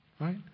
Right